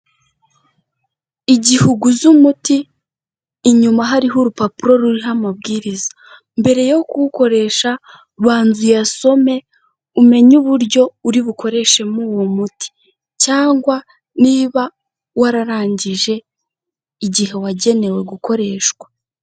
Igihe uguze umuti inyuma hariho urupapuro ruriho amabwiriza, mbere yo kuwukoresha banza uyasome, umenye uburyo uri bukoreshemo uwo muti cyangwa niba wararangije igihe wagenewe gukoreshwa.